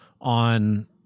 on